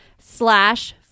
slash